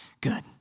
good